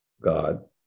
God